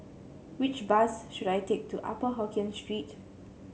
which bus should I take to Upper Hokkien Street